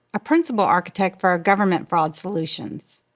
a principal architect for our government fraud solutions.